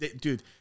dude